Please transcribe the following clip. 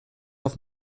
auf